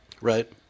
right